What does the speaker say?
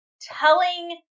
telling